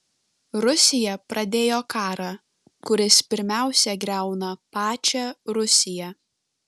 rusija pradėjo karą kuris pirmiausia griauna pačią rusiją